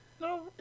no